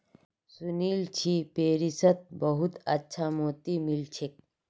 सुनील छि पेरिसत बहुत अच्छा मोति मिल छेक